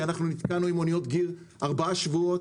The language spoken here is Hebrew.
כי אנחנו נתקענו עם אוניות גיר ארבעה שבועות,